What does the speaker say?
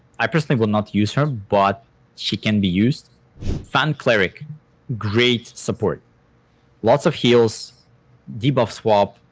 i personally will not use her, but she can be used fang cleric great support lots of heals debuff swap,